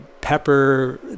pepper